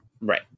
Right